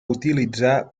utilitzar